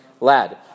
lad